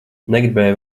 negribēju